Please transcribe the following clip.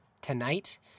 tonight